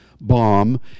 bomb